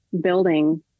building